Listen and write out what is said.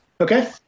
Okay